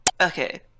Okay